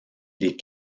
les